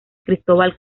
cristóbal